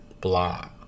blah